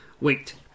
Wait